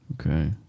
Okay